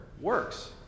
works